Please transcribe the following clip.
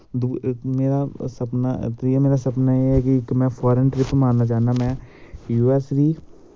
दूआ इक इयां सपना एह् ऐ कि इक मैं फारेन ट्रिप मारना चाह्न्नां में जू ऐस दी